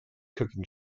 cooking